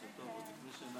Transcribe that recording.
בבקשה לשבת,